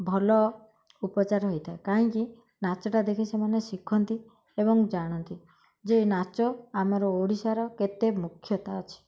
ଭଲ ଉପଚାର ହୋଇଥାଏ କାହିଁକି ନାଚଟା ଦେଖି ସେମାନେ ଶିଖନ୍ତି ଏବଂ ଜାଣନ୍ତି ଯେ ନାଚ ଆମର ଓଡ଼ିଶାର କେତେ ମୁଖ୍ୟତା ଅଛି